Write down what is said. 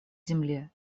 земле